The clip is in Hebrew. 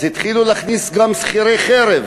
אז התחילו להכניס גם שכירי חרב,